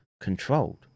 controlled